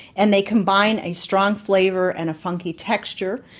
and they combine a strong flavour and a funky texture.